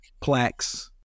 plaques